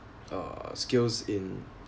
uh skills in